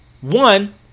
one